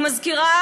אני מזכירה,